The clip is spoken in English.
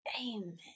Amen